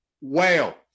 Whale